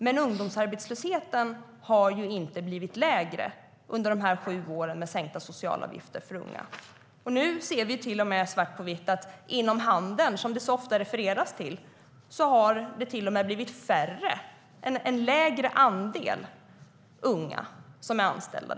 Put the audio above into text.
Men ungdomsarbetslösheten har inte blivit lägre under de här sju åren med sänkta sociala avgifter för unga. Nu ser vi svart på vitt att inom handeln, som det så ofta refereras till, har det till och med blivit en lägre andel unga anställda.